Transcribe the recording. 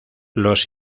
los